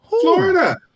Florida